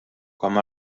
com